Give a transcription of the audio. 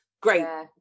Great